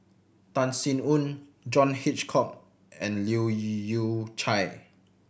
Tan Sin Aun John Hitchcock and Leu Yew Chye